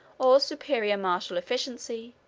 or superior martial efficiency,